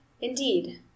Indeed